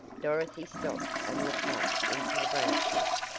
dorothy stopped and looked up into the branches.